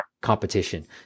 competition